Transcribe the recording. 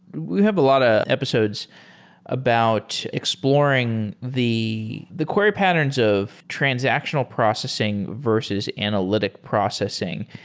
we have a lot of episodes about exploring the the query patterns of transactional processing versus analytic processing.